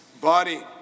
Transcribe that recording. body